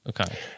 Okay